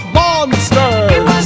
monsters